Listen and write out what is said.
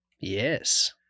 Yes